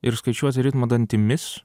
ir skaičiuoti ritmą dantimis